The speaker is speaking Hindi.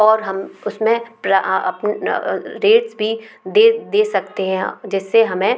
और हम उसमें रेट्स भी दे दे सकते हैं जिससे हमें